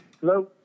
Hello